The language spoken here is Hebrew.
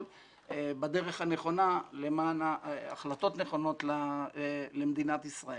בדרך הנכונה למען החלטות נכונות למדינת ישראל.